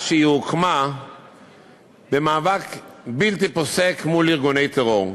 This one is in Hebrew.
הוקמה במאבק בלתי פוסק מול ארגוני טרור,